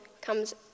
comes